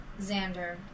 Xander